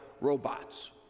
robots